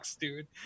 dude